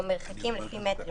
או מרחקים לפי מטרים.